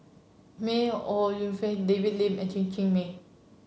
May Ooi Yu Fen David Lim and Chen Cheng Mei